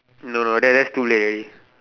no no thats too late already